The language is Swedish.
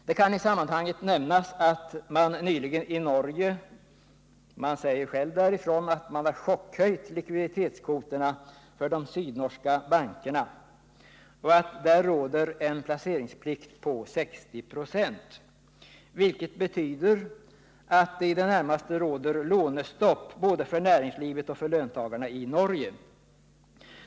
Det kan i sammanhanget nämnas att man nyligen i Norge har, som man själv säger, chockhöjt likviditetskvoterna för de sydnorska bankerna. Där råder en placeringsplikt på 60 96, vilket betyder att det i Norge i det närmaste är lånestopp både för näringslivet och för löntagarna.